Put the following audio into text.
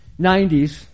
90s